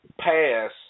pass